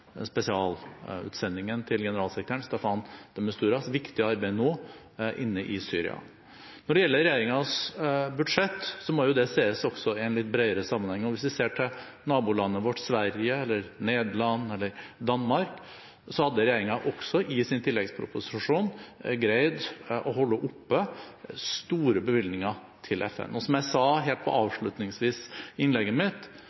nå gjør inne i Syria. Når det gjelder regjeringens budsjett, må det også ses i en litt bredere sammenheng. Hvis vi ser til nabolandet vårt Sverige eller Nederland eller Danmark, hadde regjeringen også i sin tilleggsproposisjon greid å holde oppe store bevilgninger til FN. Som jeg sa helt avslutningsvis i innlegget mitt,